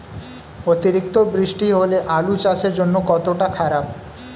অতিরিক্ত বৃষ্টি হলে আলু চাষের জন্য কতটা খারাপ?